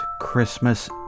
Christmas